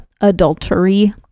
adultery